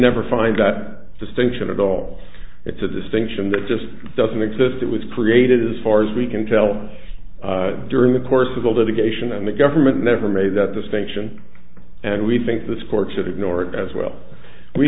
never find that distinction at all it's a distinction that just doesn't exist it was created as far as we can tell during the course of the litigation and the government never made that distinction and we think this court's ignore it as well we